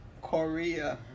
Korea